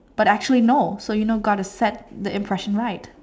but actually no so you know gotta the impression right